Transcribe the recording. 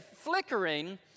flickering